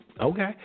okay